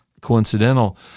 coincidental